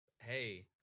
hey